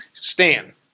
Stan